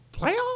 playoffs